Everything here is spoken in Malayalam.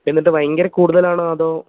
എന്നിട്ട് ഭയങ്കര കൂടുതലാണോ അതോ